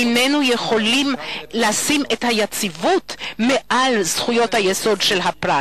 איננו יכולים לשים את היציבות מעל זכויות היסוד של הפרט.